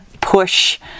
push